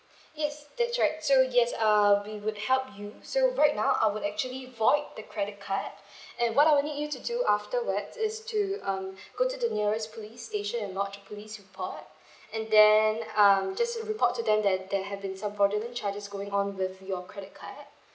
yes that's right so yes uh we would help you so right now I would actually void the credit card and what I would need you to do afterwards is to um go to the nearest police station and lodge a police report and then um just report to them that there have been some fraudulent charges going on with your credit card